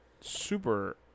super